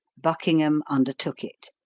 buckingham undertook it.